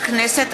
ושלישית.